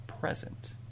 present